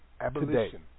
Abolition